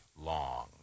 long